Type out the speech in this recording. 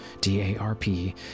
D-A-R-P